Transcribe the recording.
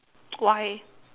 why